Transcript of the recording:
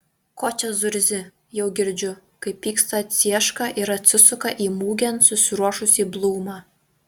ko čia zurzi jau girdžiu kaip pyksta cieška ir atsisuka į mugėn susiruošusį blūmą